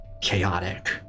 chaotic